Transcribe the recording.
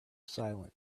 silent